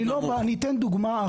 לא, אין פה שום דבר.